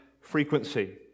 frequency